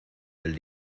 del